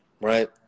right